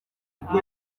kuko